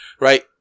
Right